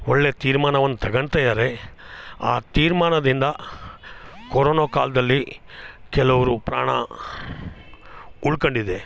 ಒಳ್ಳೆಯ ತೀರ್ಮಾನವನ್ನ ತಗಳ್ತಾ ಇದ್ದಾರೆ ಆ ತೀರ್ಮಾನದಿಂದ ಕೊರೊನೊ ಕಾಲದಲ್ಲಿ ಕೆಲವರು ಪ್ರಾಣ ಉಳ್ಕಂಡಿದೆ